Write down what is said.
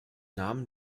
namen